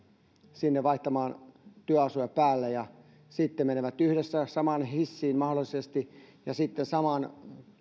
sinne vaihtamaan työasuja päälle ja sitten menevät yhdessä samaan hissiin mahdollisesti ja sitten samaan